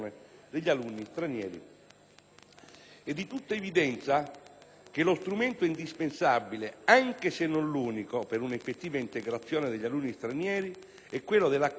È di tutta evidenza che lo strumento indispensabile, anche se non l'unico, per una effettiva integrazione degli alunni stranieri è quello della conoscenza della lingua italiana.